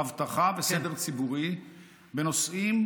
אבטחה וסדר ציבורי בנושאים,